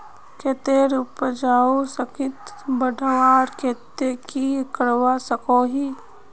खेतेर उपजाऊ शक्ति बढ़वार केते की की करवा सकोहो ही?